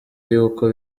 y’uko